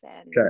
Okay